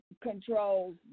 controls